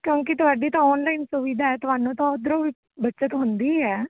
ਕਿਉਂਕਿ ਤੁਹਾਡੀ ਤਾਂ ਔਨਲਾਈਨ ਸੁਵਿਧਾ ਤੁਹਾਨੂੰ ਤਾਂ ਉੱਧਰੋਂ ਵੀ ਬਚਤ ਹੁੰਦੀ ਹੀ ਹੈ